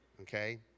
Okay